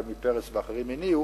חמי פרס ואחרים הניעו.